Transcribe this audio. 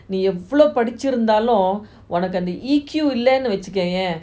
நீ எவ்ளோ படிச்சி இருந்தாலும் உன்னக்கு அந்த:nee evlo padichi irunthalum unnaku antha E_Q இல்லனு வெச்சிக்கோயே:illanu vechikoyae